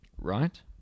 right